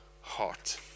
heart